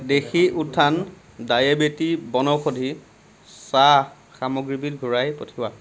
দেশী উত্থান ডায়েবেটি বনৌষধি চাহ সামগ্ৰীবিধ ঘূৰাই পঠিওৱা